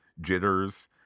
jitters